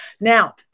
Now